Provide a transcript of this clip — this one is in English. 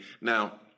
Now